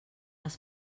els